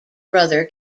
brother